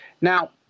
Now